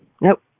Nope